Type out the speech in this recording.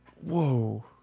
whoa